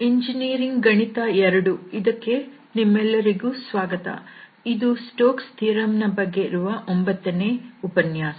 engineering ಗಣಿತ II ಗೆ ನಿಮ್ಮೆಲ್ಲರಿಗೂ ಸ್ವಾಗತ ಇದು ಸ್ಟೋಕ್ಸ್ ಥಿಯರಂ Stoke's Theorem ನ ಬಗ್ಗೆ ಇರುವ ಒಂಬತ್ತನೇ ಉಪನ್ಯಾಸ